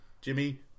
Jimmy